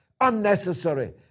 Unnecessary